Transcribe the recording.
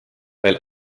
veel